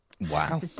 Wow